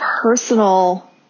personal